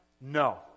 no